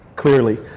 clearly